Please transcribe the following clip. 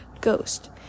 ghost